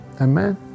Amen